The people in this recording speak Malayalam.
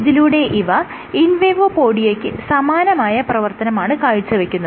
ഇതിലൂടെ ഇവ ഇൻവേഡോപോഡിയയ്ക്ക് സമാനമായ പ്രവർത്തനമാണ് കാഴ്ചവെക്കുന്നത്